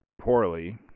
poorly